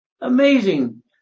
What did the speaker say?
amazing